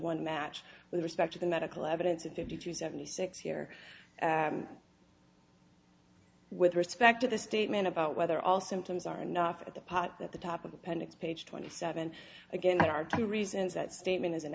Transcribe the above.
one match with respect to the medical evidence of fifty to seventy six here with respect to the statement about whether all symptoms are enough in the pot that the top of appendix page twenty seven again there are two reasons that statement is an